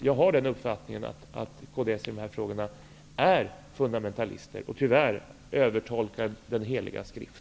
Jag har uppfattningen att kds i dessa frågor beter sig som fundamentalister och tyvärr övertolkar den heliga skrift.